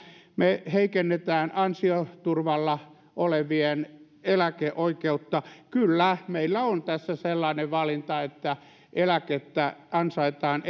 me heikennämme ansioturvalla olevien eläkeoikeutta kyllä meillä on tässä sellainen valinta että eläkettä ansaitaan